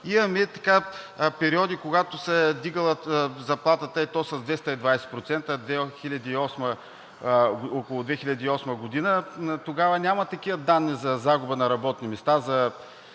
Имаме периоди, когато се е вдигала заплатата, и то с 220% – около 2008 г. Тогава няма такива данни за загуба на работни места